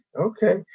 okay